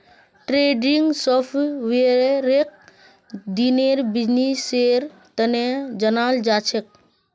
trending सॉफ्टवेयरक दिनेर बिजनेसेर तने जनाल जाछेक